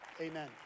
Amen